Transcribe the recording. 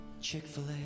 Chick-fil-A